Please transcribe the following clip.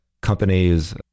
companies